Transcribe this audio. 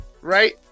Right